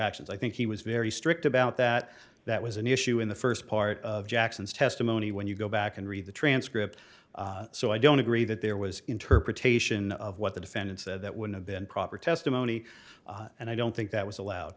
actions i think he was very strict about that that was an issue in the first part of jackson's testimony when you go back and read the transcript so i don't agree that there was interpretation of what the defendant said that would have been proper testimony and i don't think that was allowed